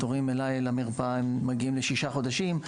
התורים אליי למרפאה הם מגיעים לשישה חודשים,